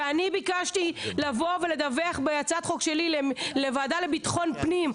כשאני ביקשתי בהצעת חוק שלי לבוא ולדווח לוועדת לביטחון הפנים,